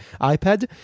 iPad